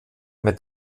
mit